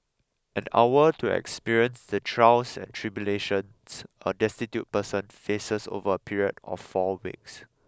an hour to experience the trials and tribulations a destitute person faces over a period of four weeks